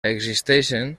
existeixen